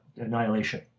annihilation